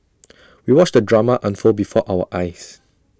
we watched the drama unfold before our eyes